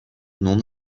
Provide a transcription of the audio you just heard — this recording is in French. non